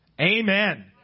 Amen